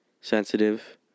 sensitive